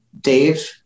Dave